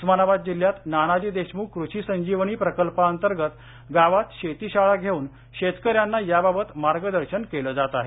उस्मानाबाद जिल्ह्यात नानाजी देशमुख कृषी संजीवनी प्रकल्पाअंतर्गत गावात शेतीशाळा घेऊन शेतकऱ्यांना याबाबत मार्गदर्शन केले जात आहे